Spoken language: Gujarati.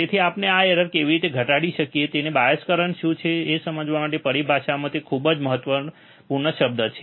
તેથી આપણે આ એરર કેવી રીતે ઘટાડી શકીએ તેથી બાયસ કરંટ શું છે તે સમજવા માટે પરિભાષામાં તે ખૂબ જ મહત્વપૂર્ણ શબ્દ છે ઠીક છે